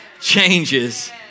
changes